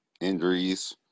Injuries